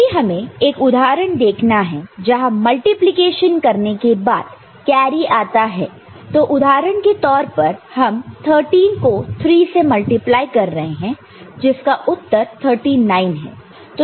यदि हमें एक उदाहरण देखना है जहां मल्टीप्लिकेशन करने के बाद कैरी आता है तो उदाहरण के तौर पर हम 13 को 3 से मल्टिप्लाई कर रहे हैं जिसका उत्तर 39 है